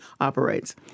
operates